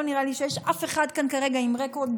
לא נראה לי שיש אף אחד כאן כרגע עם רקורד.